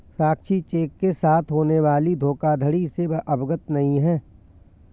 साक्षी cheque के साथ होने वाली धोखाधड़ी से अवगत नहीं है